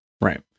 Right